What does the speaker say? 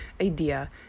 idea